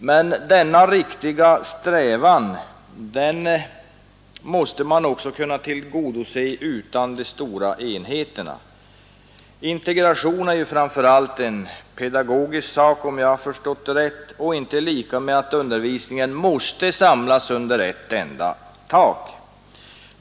Men denna riktiga strävan måste man kunna tillgodose utan de stora enheterna. Integration är ju framför allt en pedagogisk sak, om jag har förstått det rätt, och inte lika med att undervisningen måste samlas under ett enda tak.